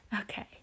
okay